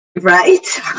Right